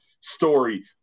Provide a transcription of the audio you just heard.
story